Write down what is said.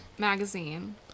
Magazine